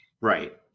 right